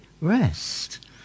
Rest